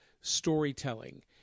storytelling